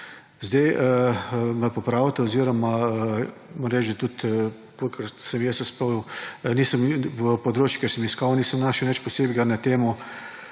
Sedaj me popravite oziroma moram reči, da kolikor sem se spomnil, na področju, kjer sem iskal, nisem našel nič posebnega na temo